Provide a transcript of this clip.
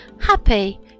happy